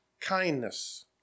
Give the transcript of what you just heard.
kindness